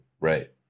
right